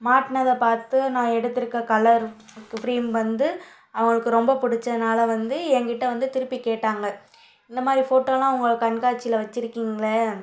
மாட்டுனத பார்த்து நான் எடுத்திருக்க கலர் ஃப்ரேம் வந்து அவங்களுக்கு ரொம்ப பிடிச்சனால வந்து என்கிட்ட வந்து திருப்பிக் கேட்டாங்கள் இந்த மாதிரி ஃபோட்டோவெலாம் உங்கள் கண்காட்சியில வச்சிருக்கிங்களா